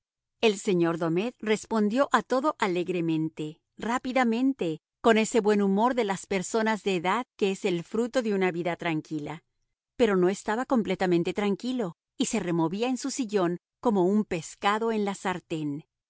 el señor domet respondió a todo alegremente rápidamente con ese buen humor de las personas de edad que es el fruto de una vida tranquila pero no estaba completamente tranquilo y se removía en su sillón como un pescado en la sartén